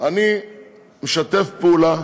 אני משתף פעולה,